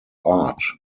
art